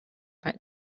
back